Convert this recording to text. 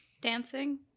Dancing